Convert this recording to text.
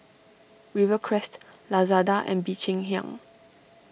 Rivercrest Lazada and Bee Cheng Hiang